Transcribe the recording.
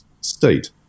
state